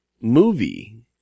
movie